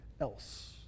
else